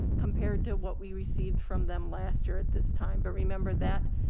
compared to what we received from them last year at this time, but remember that,